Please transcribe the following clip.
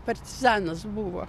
partizanas buvo